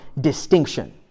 distinction